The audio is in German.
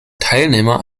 teilnehmer